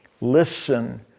listen